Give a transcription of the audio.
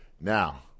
Now